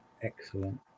Excellent